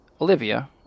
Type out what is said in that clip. Olivia